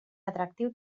atractiu